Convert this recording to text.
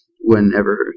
whenever